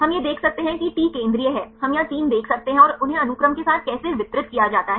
हम यह देख सकते हैं कि टी केंद्रीय है हम यहां 3 देख सकते हैं और उन्हें अनुक्रम के साथ कैसे वितरित किया जाता है